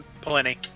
Plenty